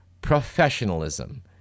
professionalism